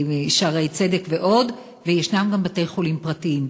"שערי צדק" ועוד, ויש גם בתי-חולים פרטיים.